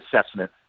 assessment